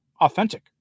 Authentic